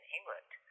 England